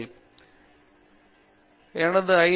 பேராசிரியர் பிரதாப் ஹரிதாஸ் எனவே ஐ